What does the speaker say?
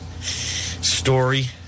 story